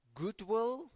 goodwill